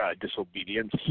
disobedience